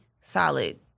solid